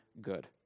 good